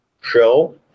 show